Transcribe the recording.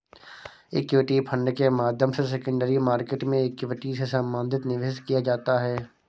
equity fund के माध्यम से सेकेंडरी मार्केट में इक्विटी से संबंधित निवेश किया जाता है